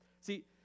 See